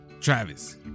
Travis